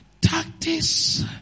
tactics